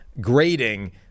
grading